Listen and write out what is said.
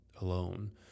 alone